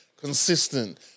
consistent